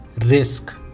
risk